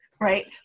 right